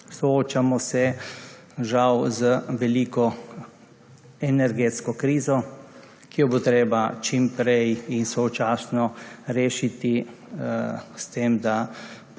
Soočamo se žal z veliko energetsko krizo, ki jo bo treba čim prej in sočasno rešiti s tem, da